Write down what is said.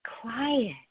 Quiet